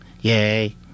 Yay